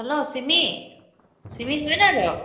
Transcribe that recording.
hello চিমি চিমি হয়নে বাৰু